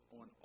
on